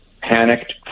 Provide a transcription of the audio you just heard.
panicked